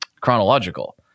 chronological